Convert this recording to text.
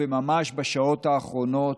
וממש בשעות האחרונות,